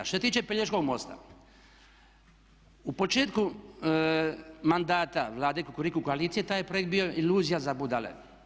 Što se tiče Pelješkog mosta, u početku mandata Vlade kukuriku koalicije taj je projekt bio iluzija za budale.